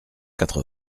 quatre